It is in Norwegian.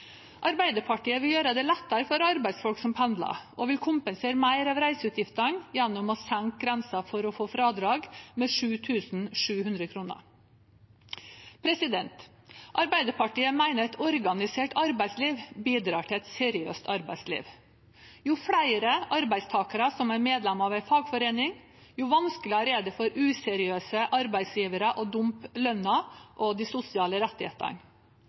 Arbeiderpartiet vil gjøre det lettere for arbeidsfolk som pendler, og vil kompensere mer av reiseutgiftene gjennom å senke grensen for å få fradrag med 7 700 kr. Arbeiderpartiet mener et organisert arbeidsliv bidrar til et seriøst arbeidsliv. Jo flere arbeidstakere som er medlem av en fagforening, jo vanskeligere er det for useriøse arbeidsgivere å dumpe lønna og de sosiale rettighetene.